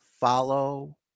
Follow